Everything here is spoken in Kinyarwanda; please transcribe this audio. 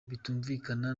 bitumvikana